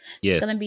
Yes